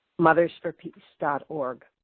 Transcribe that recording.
Mothersforpeace.org